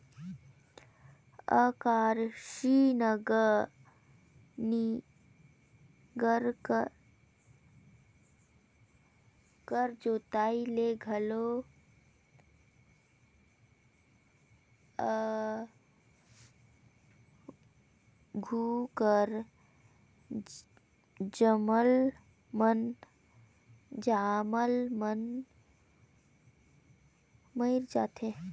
अकरासी नांगर कर जोताई ले आघु कर जामल बन मन मइर जाथे